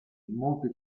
molte